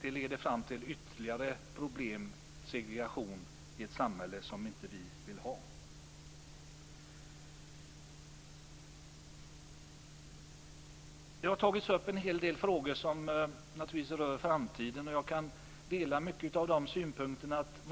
Det leder fram till ytterligare problem, segregation och ett samhälle som vi inte vill ha. Det har tagits upp en hel del frågor som rör framtiden. Jag kan dela mycket av de synpunkterna.